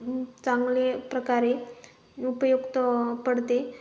चांगले प्रकारे उपयुक्त पडते